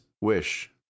wish